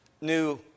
new